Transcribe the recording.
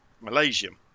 Malaysian